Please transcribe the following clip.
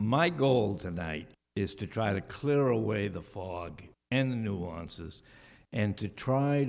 my goal tonight is to try to clear away the fog and the nuances and to try